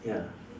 ya